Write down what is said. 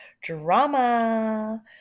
drama